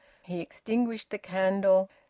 he extinguished the candle.